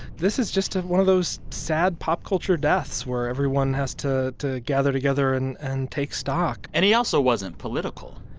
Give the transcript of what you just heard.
this is just one of those sad pop culture deaths where everyone has to to gather together and and take stock and he also wasn't political